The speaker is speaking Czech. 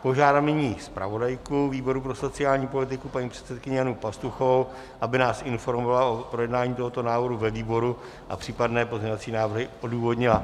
Požádám nyní zpravodajku výboru pro sociální politiku paní předsedkyni Janu Pastuchovou, aby nás informovala o projednání tohoto návrhu ve výboru a případné pozměňovací návrhy odůvodnila.